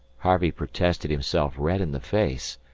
harvey protested himself red in the face.